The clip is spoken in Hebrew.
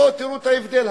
בואו, תראו את ההבדל.